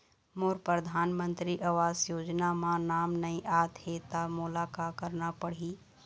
मोर परधानमंतरी आवास योजना म नाम नई आत हे त मोला का करना पड़ही?